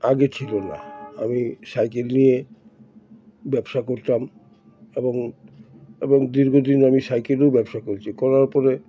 আগে ছিল না আমি সাইকেল নিয়ে ব্যবসা করতাম এবং এবং দীর্ঘদিন আমি সাইকেলেও ব্যবসা করছি করার পরে